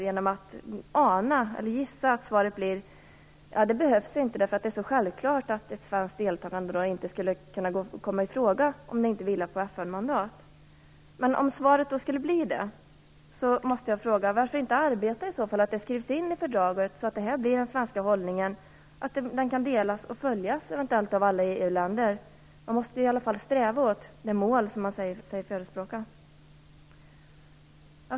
Jag gissar att svaret blir att det inte behövs, eftersom det är så självklart att ett svenskt deltagande inte skulle kunna komma i fråga om det inte vilar på FN-mandat. Om svaret skulle bli sådant undrar jag varför man inte arbetar för att det skall skrivas in i fördraget. Då kan den svenska hållningen delas och eventuellt följas av alla EU-länder. Man måste i alla fall sträva mot det mål som man säger sig förespråka.